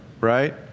right